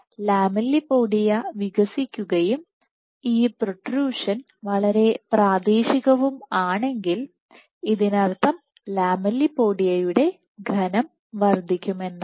lamellipodia വികസിക്കുകയും ഈ protrusion വളരെ പ്രാദേശികവും ആണെങ്കിൽ ഇതിനർത്ഥം ലാമെല്ലിപോഡിയയുടെ ഘനം വർദ്ധിക്കുമെന്നാണ്